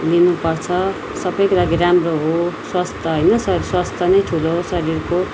लिनु पर्छ सबैको लागि राम्रो हो स्वास्थ्य होइन स्वास्थ्य नै ठुलो हो शरीरको